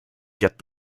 get